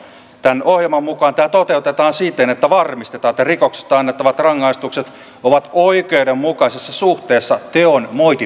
tämän ohjelman mukaan tämä toteutetaan siten että varmistetaan että rikoksista annettavat rangaistukset ovat oikeudenmukaisessa suhteessa teon moitittavuuteen